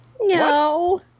No